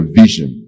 vision